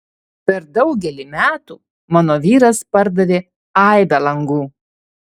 per daugelį metų mano vyras pardavė aibę langų